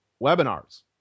webinars